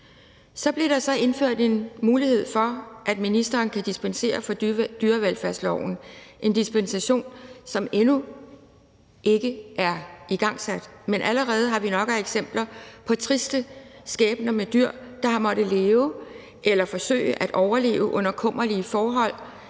Så blev der så indført en mulighed for, at ministeren kan dispensere fra dyrevelfærdsloven – en dispensation, som endnu ikke er igangsat. Men allerede har vi nok af eksempler på triste skæbner med dyr, der har måttet leve eller forsøge at overleve under kummerlige forhold,